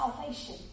salvation